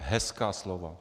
Hezká slova!